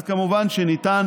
אז, כמובן, ניתן